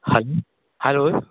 हाँ जी हलो